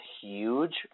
huge